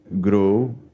grow